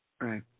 Right